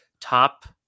top